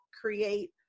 create